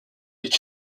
est